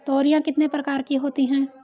तोरियां कितने प्रकार की होती हैं?